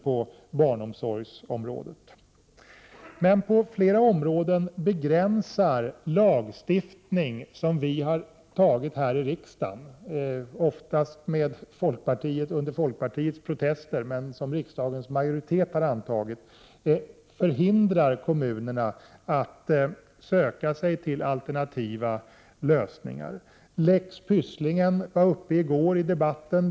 på barnomsorgsområdet. Men på flera områden är det så, att lagstiftning som riksdagens majoritet har antagit — oftast mot folkpartiets protester — hindrar kommunerna från att söka sig till alternativa lösningar. Lex Pysslingen berördes i går i debatten.